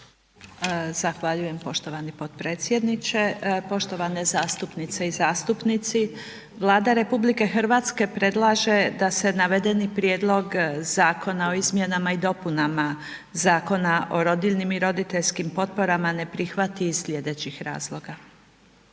Zahvaljujem poštovani potpredsjedniče, poštovane zastupnice i zastupnici. Vlada RH predlaže da se navedeni Prijedlog zakona o izmjenama i dopunama Zakona o rodiljnim i roditeljskim potporama ne prihvati iz slijedećih razloga.